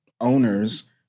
owners